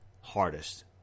hardest